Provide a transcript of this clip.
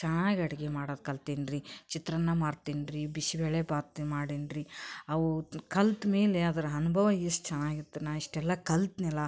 ಚೆನ್ನಾಗಿ ಅಡುಗೆ ಮಾಡೋದು ಕಲ್ತೀನಿ ರೀ ಚಿತ್ರಾನ್ನ ಮಾಡ್ತೀನಿ ರೀ ಬಿಸಿಬೇಳೆಭಾತ್ ಮಾಡೀನಿ ರೀ ಅವು ಕಲ್ತ ಮೇಲೆ ಅದರ ಅನುಭವ ಎಷ್ಟು ಚೆನ್ನಾಗಿ ಇತ್ತು ನಾ ಇಷ್ಟೆಲ್ಲ ಕಲ್ತೆನಲ್ಲ